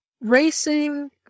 racing